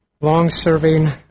long-serving